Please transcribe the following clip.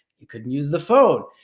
you couldn't use the phone.